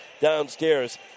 downstairs